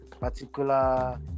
particular